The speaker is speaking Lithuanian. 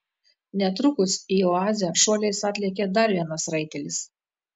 netrukus į oazę šuoliais atlėkė dar vienas raitelis